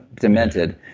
demented